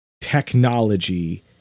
technology